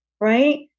right